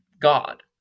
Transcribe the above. God